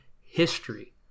history